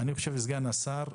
סגן השר,